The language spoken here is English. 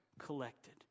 collected